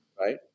Right